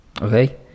okay